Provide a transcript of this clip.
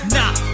nah